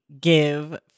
give